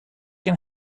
can